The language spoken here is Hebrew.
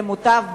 למוטב בלבד.